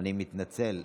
אני מתנצל.